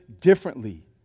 differently